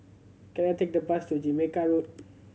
can I take the bus to Jamaica Road